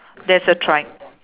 there's a tri~